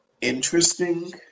interesting